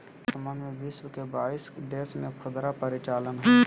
वर्तमान में विश्व के बाईस देश में खुदरा परिचालन हइ